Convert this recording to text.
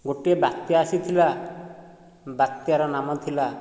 ଗୋଟିଏ ବାତ୍ୟା ଆସିଥିଲା ବାତ୍ୟାର ନାମ ଥିଲା